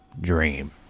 dream